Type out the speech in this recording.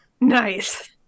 Nice